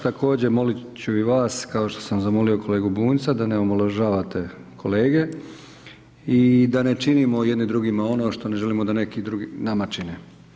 Također molit ću i vas kao što sam zamolio kolegu Bunjca da ne omalovažavate kolege i da ne činimo jedni drugima ono što ne želimo da neki drugi nama čine.